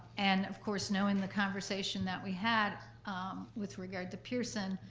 and of course knowing the conversation that we had with regard to pearson,